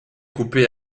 coupée